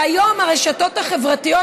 היום הרשתות החברתיות,